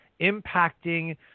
impacting